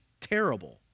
terrible